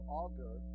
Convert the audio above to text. augur